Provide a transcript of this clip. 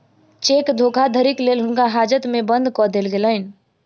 cheque धोखाधड़ीक लेल हुनका हाजत में बंद कअ देल गेलैन